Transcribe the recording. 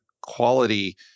quality